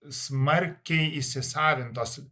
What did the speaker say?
smarkiai įsisavintos